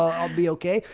ah i'll be okay.